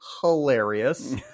hilarious